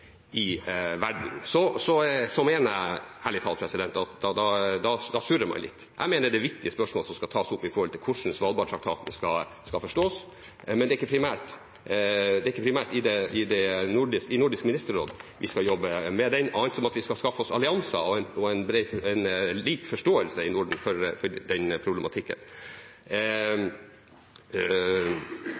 i verden – mener jeg ærlig talt at da surrer man litt. Jeg mener det er viktige spørsmål som skal tas opp når det gjelder hvordan Svalbardtraktaten skal forstås, men det er ikke primært i Nordisk ministerråd vi skal jobbe med den, annet enn at vi skal skaffe oss allianser og en lik forståelse i Norden for den problematikken. Når det gjelder snøkrabbesaken, er det for det første slik at ikke hele den